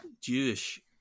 Jewish